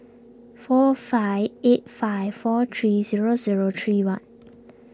four five eight five four three zero zero three one